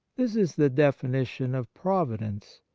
this is the definition of providence,